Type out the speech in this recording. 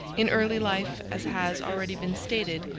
in early life, as has already been stated,